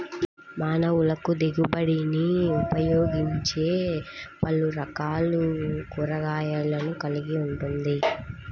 మానవులకుదిగుబడినిఉపయోగించేపలురకాల కూరగాయలను కలిగి ఉంటుంది